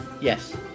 Yes